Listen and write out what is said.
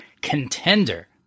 contender